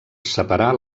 separar